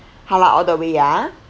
halal all the way ah